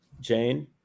Jane